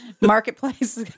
marketplace